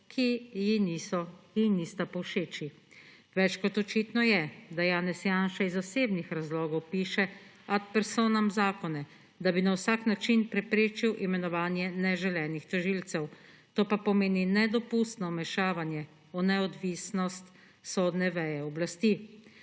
ki ji nista povšeči. Več kot očitno je, da Janez Janša iz osebnih razlogov piše ad personam zakone, da bi na vsak način preprečil imenovanje neželenih tožilcev, to pa pomeni nedopustno vmešavanje v neodvisnost sodne veje oblasti.